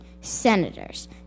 Senators